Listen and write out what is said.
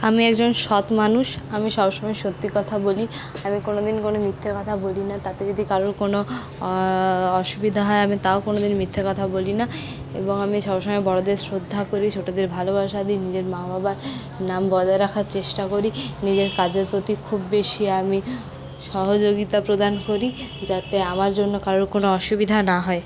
আমি একজন সৎ মানুষ আমি সব সময় সত্যি কথা বলি আমি কোনোদিন কোনও মিথ্যে কথা বলি না তাতে যদি কারোর কোনো অসুবিধা হয় আমি তাও কোনোদিন মিথ্যা কথা বলি না এবং আমি সবসময় বড়দের শ্রদ্ধা করি ছোটোদের ভালোবাসা দিই নিজের মা বাবার নাম বজায় রাখার চেষ্টা করি নিজের কাজের প্রতি খুব বেশী আমি সহযোগিতা প্রদান করি যাতে আমার জন্য কারোর কোনো অসুবিধা না হয়